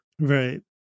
right